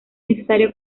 necesario